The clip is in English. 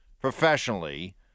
professionally